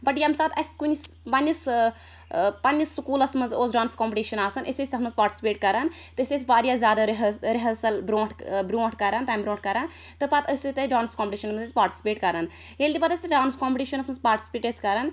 بَٹ ییٚمہ ساتہٕ اَسہِ کُنِس پَنٛنِس پَنٛنِس سُکولَس مَنٛز اوس ڈانٕس کوٚمپٹِشَن آسان أسۍ ٲسۍ تتھ مَنٛز پاٹِسِپیٹ کران تہٕ أسۍ ٲسۍ واریاہ زیادٕ رِۂرسَل برٛونٛٹھ برٛونٛٹھ کران تَمہِ برٛونٛٹھ کران تہٕ پَتہٕ أسۍ ٲسۍ تتہِ ڈانٕس کوٚمپٹِشَن مَنٛز ٲسۍ پاٹِسِپیٹ کران ییٚلہِ تہِ پَتہٕ أسۍ سُہ ڈانٕس کوٚمپٹِشَنَس مَنٛز پاٹِسِپیٹ ٲسۍ کران